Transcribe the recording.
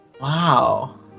Wow